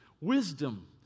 wisdom